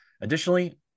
Additionally